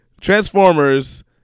Transformers